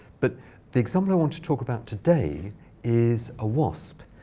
but the example i want to talk about today is a wasp.